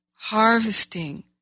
harvesting